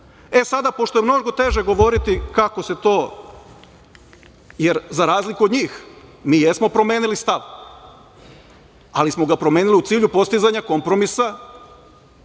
sada, pošto je mnogo teže govoriti kako se to, jer za razliku od njih, mi jesmo promenili stav, ali smo ga promenili u cilju postizanja kompromisa